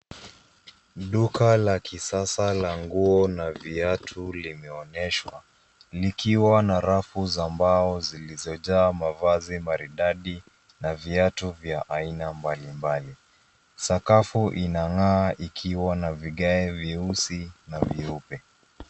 Duka la kisasa la nguo na viatu limeonyeshwa likiwa na rafu za mbao zilizojaa mavazi maridadi na viatu vya aina mbali mbali. Sakafu inangaa ikiwa na vigae vyeusi na vyeupe.